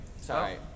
sorry